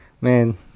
Man